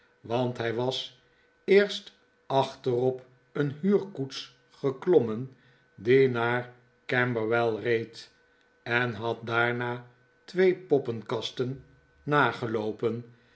want hij was eerst achterop een huurkoets geklommen die naar camberwell reed en had daarna twee poppenkasten